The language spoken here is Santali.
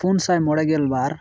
ᱯᱩᱱᱥᱟᱭ ᱢᱚᱬᱮᱜᱮᱞ ᱵᱟᱨ